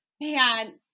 Man